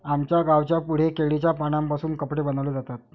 आमच्या गावाच्या पुढे केळीच्या पानांपासून कपडे बनवले जातात